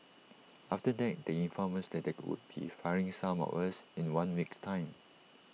after that they informed us they would be firing some of us in one week's time